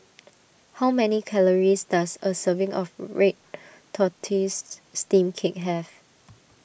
how many calories does a serving of Red Tortoise Steamed Cake have